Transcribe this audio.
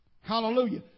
Hallelujah